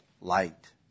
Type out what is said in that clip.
Light